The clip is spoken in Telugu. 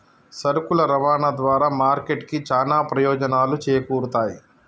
సరుకుల రవాణా ద్వారా మార్కెట్ కి చానా ప్రయోజనాలు చేకూరుతయ్